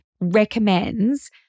recommends